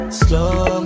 slow